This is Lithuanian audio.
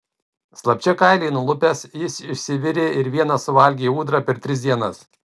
slapčia kailį nulupęs jis išsivirė ir vienas suvalgė ūdrą per tris dienas